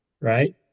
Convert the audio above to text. right